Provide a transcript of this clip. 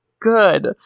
good